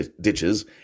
ditches